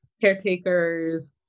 caretakers